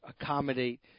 accommodate